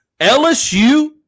LSU